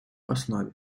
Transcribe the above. основі